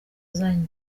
zion